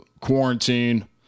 quarantine